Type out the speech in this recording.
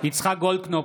יצחק גולדקנופ,